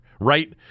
right